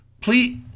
please